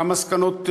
גם מסקנות מבניות,